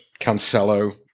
Cancelo